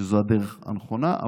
שזו הדרך הנכונה.